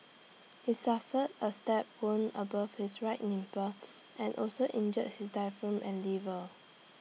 he suffered A stab wound above his right nipple and also injured his diaphragm and liver